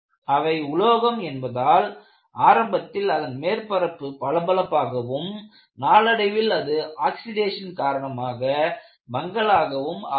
அவை உலோகம் என்பதால் ஆரம்பத்தில் அதன் மேற்பரப்பு பளபளப்பாகவும் நாளடைவில் அது ஆக்சிடேஷன் காரணமாக மங்கலாகவும் ஆகிறது